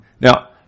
Now